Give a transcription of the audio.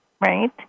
Right